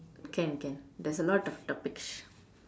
can can there's a lot of topics